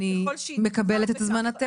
אני מקבלת את הזמנתך.